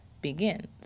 begins